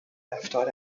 رفتار